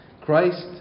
Christ